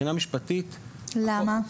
למה?